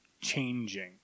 changing